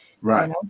right